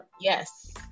Yes